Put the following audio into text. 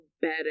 better